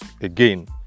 again